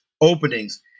openings